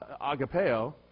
agapeo